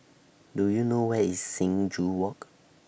Do YOU know Where IS Sing Joo Walk